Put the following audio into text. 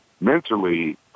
mentally